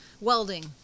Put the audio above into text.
welding